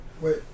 Wait